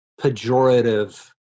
pejorative